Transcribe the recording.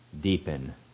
deepen